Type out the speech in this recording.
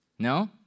no